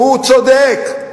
הוא צודק.